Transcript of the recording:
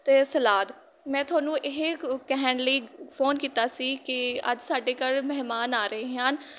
ਅਤੇ ਸਲਾਦ ਮੈਂ ਤੁਹਾਨੂੰ ਇਹ ਕ ਕਹਿਣ ਲਈ ਫੋਨ ਕੀਤਾ ਸੀ ਕਿ ਅੱਜ ਸਾਡੇ ਘਰ ਮਹਿਮਾਨ ਆ ਰਹੇ ਹਨ